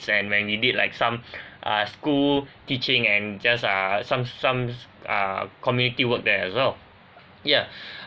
and when we did like some uh school teaching and just ah some some err community work there as well ya